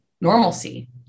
normalcy